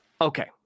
Okay